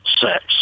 sex